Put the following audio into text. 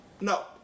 no